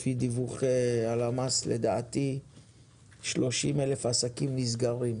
לפי דיווחי הלמ"ס, כ-28,000 עסקים נסגרים.